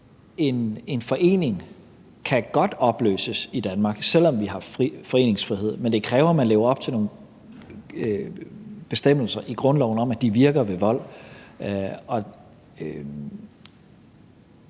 En forening kan godt opløses i Danmark, selv om vi har foreningsfrihed, men det kræver, at den lever op til nogle bestemmelser i grundloven om, at den virker ved vold.